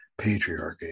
patriarchy